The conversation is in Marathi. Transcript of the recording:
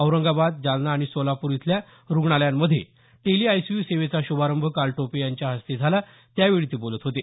औरंगाबाद जालना आणि सोलापूर इथल्या रुग्णालयांमधे टेलीआयसीयू सेवेचा श्रभारंभ काल टोपे यांच्या हस्ते झाला त्यावेळी ते बोलत होते